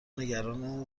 نگران